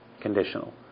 conditional